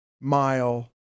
mile